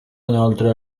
inoltre